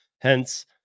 Hence